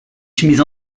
chemises